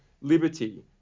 liberty